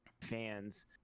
fans